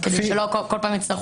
שבו היא זקוקה לשירות,